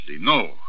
no